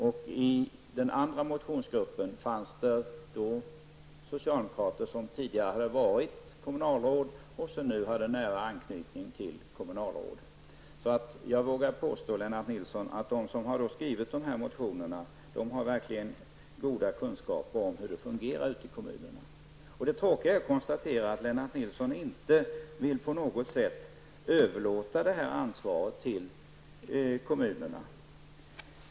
Bakom den andra motionen stod socialdemokrater som tidigare har varit kommunalråd och som nu har en nära anknytning till kommunalråd. Jag vågar alltså påstå, Lennart Nilsson, att de som har väckt dessa motioner verkligen har goda kunskaper om hur det fungerar ute i kommunerna. Det tråkiga är att behöva konstatera att Lennart Nilsson inte på något sätt vill överlåta ansvaret till kommunerna.